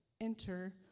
enter